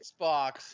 Xbox